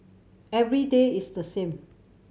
every day is the same